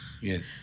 Yes